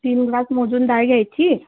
तीन ग्लास मोजून डाळ घ्यायची